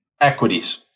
equities